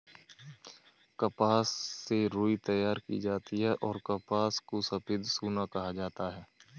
कपास से रुई तैयार की जाती हैंऔर कपास को सफेद सोना कहा जाता हैं